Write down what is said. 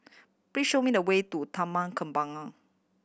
please show me the way to Taman Kembangan